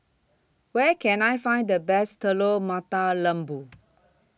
Where Can I Find The Best Telur Mata Lembu